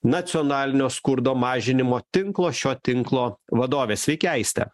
nacionalinio skurdo mažinimo tinklo šio tinklo vadovė sveiki aiste